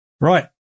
Right